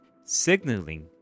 signaling